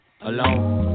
alone